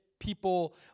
People